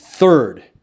Third